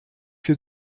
für